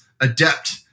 adept